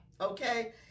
Okay